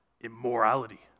Immorality